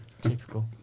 Typical